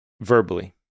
verbally